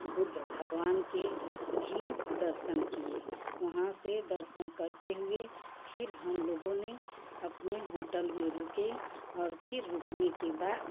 बुद्ध भगवान के भी दर्शन किए वहाँ से दर्शन करते हुए फिर हम लोगों ने अपने होटल में रुके और फिर रुकने के बाद